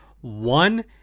One